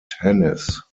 tennis